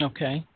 Okay